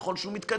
ככל שהוא מתקדם?